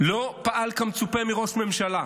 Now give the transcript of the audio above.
"לא פעל כמצופה מראש ממשלה"